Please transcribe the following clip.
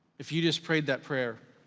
if you just prayed that prayer,